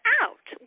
out